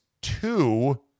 two